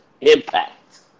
Impact